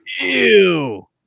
Ew